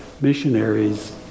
missionaries